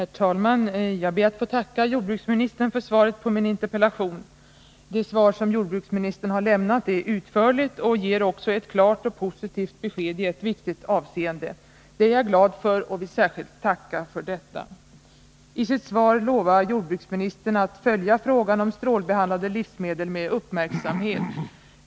Herr talman! Jag ber att få tacka jordbruksministern för svaret på min interpellation. Det svar som jordbruksministern har lämnat är utförligt och ger också ett klart och positivt besked i ett viktigt avseende. Det är jag glad för och vill särskilt tacka för. I sitt svar lovar jordbruksministern att följa frågan om strålbehandlade livsmedel med uppmärksamhet.